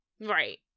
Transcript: Right